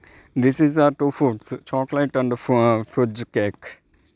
this is the two foods chocolate and f fridge cake